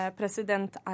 president